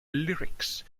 lyrics